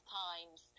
times